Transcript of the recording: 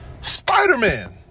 Spider-Man